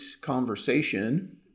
conversation